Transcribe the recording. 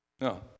No